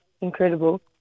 incredible